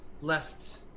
left